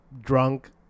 Drunk